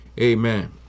Amen